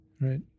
Right